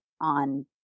on